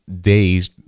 days